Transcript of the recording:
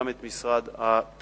גם את משרד התמ"ת.